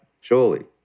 surely